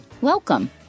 Welcome